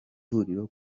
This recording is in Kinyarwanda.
huriro